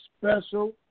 special